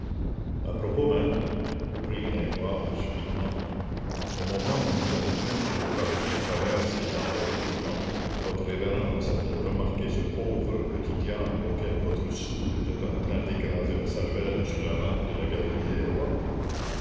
à propos maître reprit gringoire subitement au moment où nous arrivions sur le parvis à travers ces enragés truands votre révérence a-t-elle remarqué ce pauvre petit diable auquel votre sourd était en train d'écraser la cervelle sur la rampe de la galerie des